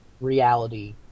reality